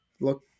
look